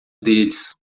deles